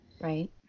right